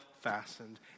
fastened